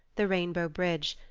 the rainbow bridge,